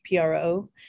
PRO